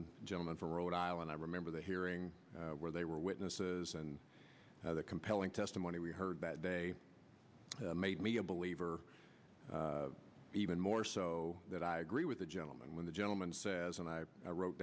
a gentleman for rhode island i remember the hearing where they were witnesses and other compelling testimony we heard that made me a believer even more so that i agree with the gentleman when the gentleman says and i wrote